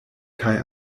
kaj